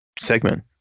segment